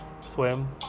swim